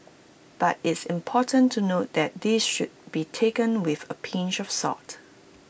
but it's important to note that this should be taken with A pinch of salt